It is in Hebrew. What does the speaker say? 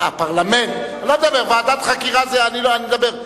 אני לא מדבר,